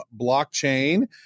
blockchain